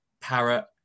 Parrot